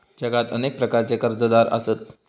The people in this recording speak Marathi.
जगात अनेक प्रकारचे कर्जदार आसत